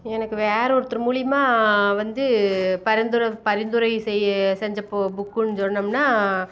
எனக்கு வேறு ஒருத்தர் மூலிமா வந்து பரிந்துரை பரிந்துரை செய்ய செஞ்ச பு புக்குன்னு சொன்னோம்னா